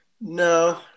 No